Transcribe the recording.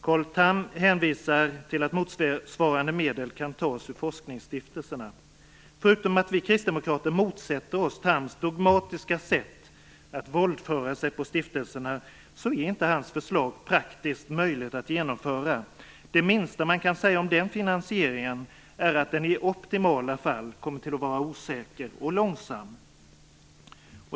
Carl Tham hänvisar till att motsvarande medel kan tas ur forskningsstiftelserna. Förutom att vi kristdemokrater motsätter oss Thams dogmatiska sätt att våldföra sig på stiftelserna, är inte hans förslag praktiskt möjligt att genomföra. Det minsta man kan säga om den finansieringen är att den i optimala fall kommer att vara osäker och långsam.